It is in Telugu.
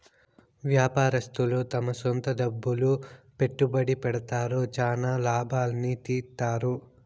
వ్యాపారస్తులు తమ సొంత డబ్బులు పెట్టుబడి పెడతారు, చానా లాభాల్ని తీత్తారు